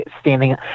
standing